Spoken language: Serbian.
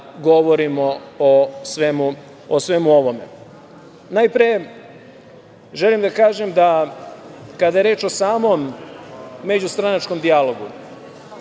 govorimo o svemu ovome. Najpre, želim da kažem da kada je reč o samom međustranačkom dijalogu,